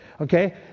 okay